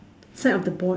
side of the board